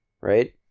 right